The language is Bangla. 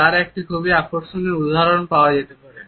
তার একটি খুব আকর্ষণীয় উদাহরণ পাওয়া যেতে পারে